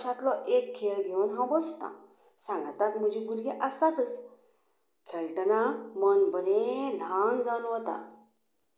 अशांतलो एक खेळ घेवन हांव बसतां सांगाताक म्हजीं भुरगीं आसतातच खेळटना मन बरें ल्हान जावन वता